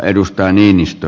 arvoisa puhemies